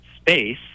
space